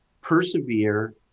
persevere